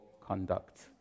conduct